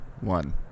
one